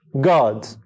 God